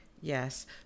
Yes